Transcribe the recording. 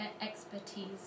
expertise